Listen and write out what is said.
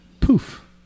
poof